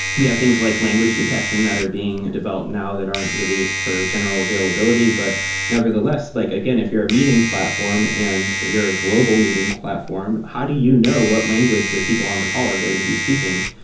we have things like language detection that are being developed now that aren't released for general availability. but nevertheless, like again, if you're a meetings platform and you're a global meetings platform, how do you know what language the people on the call are going to be speaking?